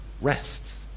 rest